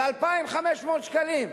של 2,500 שקלים,